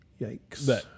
Yikes